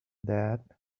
that